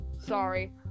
Sorry